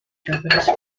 japanese